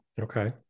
Okay